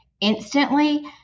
instantly